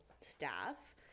staff